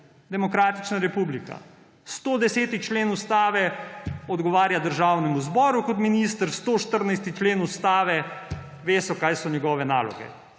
Demokratična republika. 110. člen Ustave, odgovarja Državnemu zboru kot minister. 114. člen Ustave, ve se, kaj so njegove naloge.